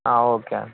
okay అండి